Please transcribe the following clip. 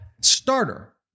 starter